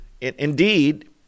indeed